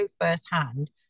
firsthand